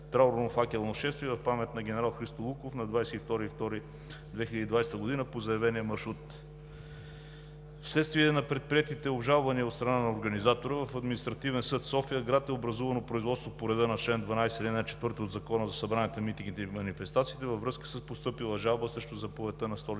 траурно факелно шествие в памет на генерал Христо Луков на 22 февруари 2020 г. по заявения маршрут. Вследствие на предприетите обжалвания от страна на организатора в Административен съд София-град е образувано производство по реда на чл. 12, ал. 4 от Закона за събранията, митингите и манифестациите във връзка с постъпила жалба срещу заповедта на столичния